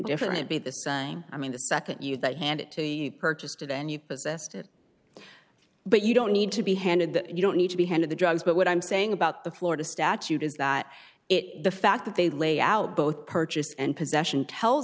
different to be the saying i mean the nd you that hand it to you purchased it and you possessed it but you don't need to be handed that you don't need to be handed the drugs but what i'm saying about the florida statute is that it the fact that they lay out both purchase and possession tells